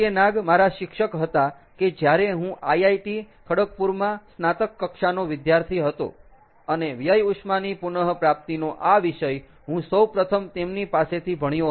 નાગ મારા શિક્ષક હતા કે જ્યાંરે હું IIT ખડગપુરમાં સ્નાતક કક્ષાનો વિદ્યાર્થી હતો અને વ્યય ઉષ્માની પુનઃપ્રાપ્તિનો આ વિષય હું સૌ પ્રથમ તેમની પાસેથી ભણ્યો હતો